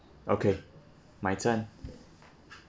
okay my turn